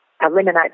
eliminate